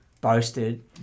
boasted